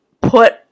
put